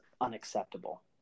unacceptable